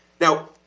Now